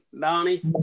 Donnie